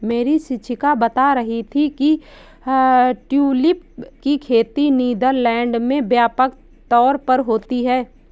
मेरी शिक्षिका बता रही थी कि ट्यूलिप की खेती नीदरलैंड में व्यापक तौर पर होती है